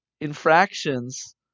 infractions